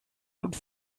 und